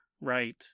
right